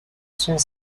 sont